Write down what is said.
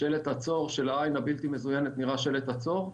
שלעין בלתי מזוינת נראה שלט עצור,